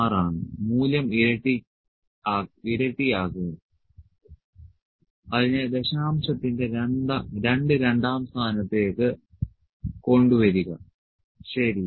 6 ആണ് മൂല്യം ഇരട്ടിയാക്കുക അതിനായി ദശാംശത്തിന്റെ രണ്ട് രണ്ടാം സ്ഥാനത്തേക്ക് കൊണ്ടുവരിക ശരി